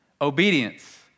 Obedience